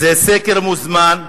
זה סקר מוזמן,